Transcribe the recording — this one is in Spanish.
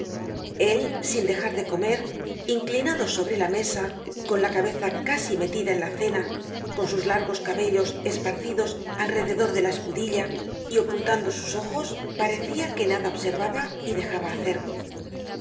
él sin dejar de comer inclinado sobre la mesa con la cabeza casi metida en la cena con sus largos cabellos esparcidos alrededor de la escudilla y ocultando sus ojos parecia que nada observaba y dejaba hacer